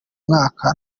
mwaka